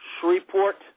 Shreveport